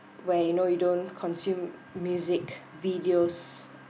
where you know you don't consume music videos